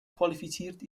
qualifiziert